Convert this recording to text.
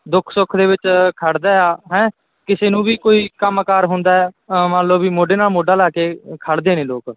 ਦੁੱਖ ਸੁੱਖ ਦੇ ਵਿੱਚ ਖੜਦਾ ਆ ਹੈਂ ਕਿਸੇ ਨੂੰ ਵੀ ਕੋਈ ਕੰਮਕਾਰ ਹੁੰਦਾ ਮੰਨ ਲਓ ਵੀ ਮੋਢੇ ਨਾਲ ਮੋਢਾ ਲਾ ਕੇ ਖੜਦੇ ਨੇ ਲੋਕ